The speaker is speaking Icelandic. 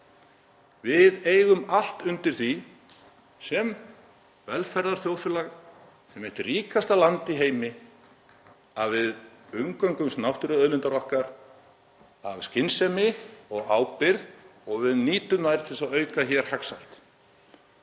Við eigum allt undir því sem velferðarþjóðfélag, sem eitt ríkasta land í heimi, að við umgöngumst náttúruauðlindir okkar af skynsemi og ábyrgð og að við nýtum þær til þess að auka hér hagsæld.